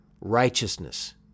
righteousness